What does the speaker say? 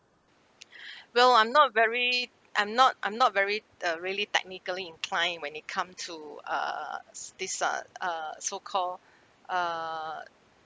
well I'm not very I'm not I'm not very uh really technically inclined when it come to err s~ this uh uh so call err